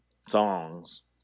songs